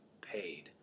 paid